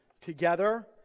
together